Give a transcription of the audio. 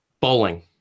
bowling